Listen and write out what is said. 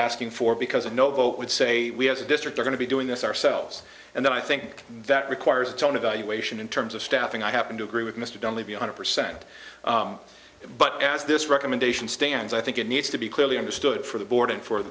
asking for because a no vote would say we have the district are going to be doing this ourselves and then i think that requires a tone evaluation into staffing i happen to agree with mr donnelly be one hundred percent but as this recommendation stands i think it needs to be clearly understood for the board and for